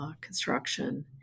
construction